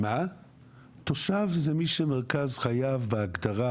תושב זה מי שמרכז חייו בהגדרה,